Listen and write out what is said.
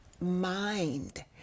mind